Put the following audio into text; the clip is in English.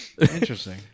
Interesting